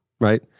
right